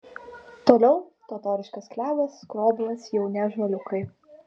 toliau totoriškas klevas skroblas jauni ąžuoliukai